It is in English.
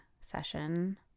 session